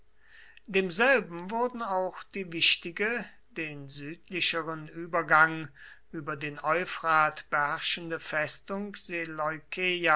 demselben wurden auch die wichtige den südlicheren übergang über den euphrat beherrschende festung